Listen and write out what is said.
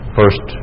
first